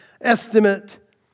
estimate